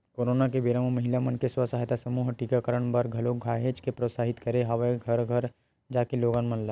corona के बेरा म महिला मन के स्व सहायता समूह ह टीकाकरन बर घलोक काहेच के प्रोत्साहित करे हवय घरो घर जाके लोगन मन ल